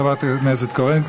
תודה לחברת הכנסת קורן.